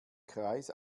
kreis